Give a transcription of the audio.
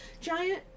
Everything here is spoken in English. giant